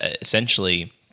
essentially